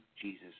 Jesus